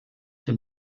dem